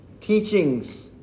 teachings